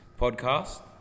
podcast